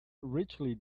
richly